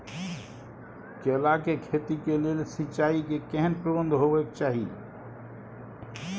केला के खेती के लेल सिंचाई के केहेन प्रबंध होबय के चाही?